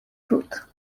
truth